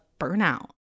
burnout